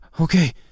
Okay